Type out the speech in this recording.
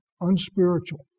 unspiritual